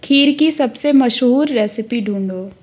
खीर की सबसे मशहूर रेसिपी ढूँढो